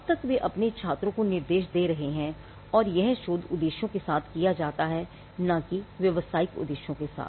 अब तक वे अपने छात्रों को निर्देश दे रहे हैं और यह शोध उद्देश्यों के साथ किया जाता है न कि व्यावसायिक उद्देश्यों के साथ